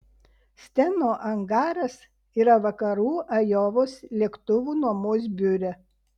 steno angaras yra vakarų ajovos lėktuvų nuomos biure